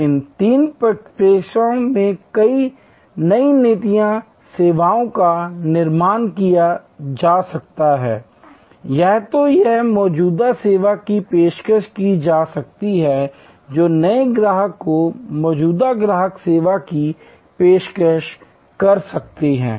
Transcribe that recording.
तो इन तीन प्रक्षेपवक्रों में नई सेवाओं का निर्माण किया जा सकता है या तो यह मौजूदा सेवा की पेशकश की जा सकती है जो नए ग्राहक को मौजूदा ग्राहक सेवा की पेशकश कर सकती है